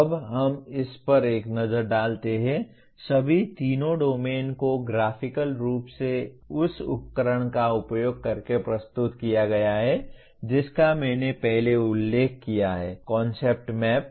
अब हम इस पर एक नज़र डालते हैं सभी तीनों डोमेन को ग्राफ़िकल रूप से उस उपकरण का उपयोग करके प्रस्तुत किया गया है जिसका मैंने पहले उल्लेख किया है कॉन्सेप्ट मैप